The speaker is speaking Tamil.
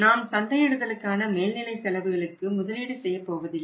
நாம் சந்தையிடுதலுக்கான மேல்நிலை செலவுகளுக்கு முதலீடு செய்யப் போவதில்லை